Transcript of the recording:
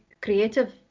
creative